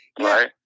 right